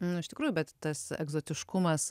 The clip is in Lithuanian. nu iš tikrųjų bet tas egzotiškumas